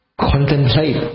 contemplate